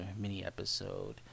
mini-episode